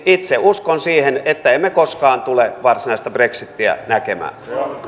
niin itse uskon siihen että emme koskaan tule varsinaista brexitiä näkemään